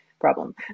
problem